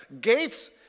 gates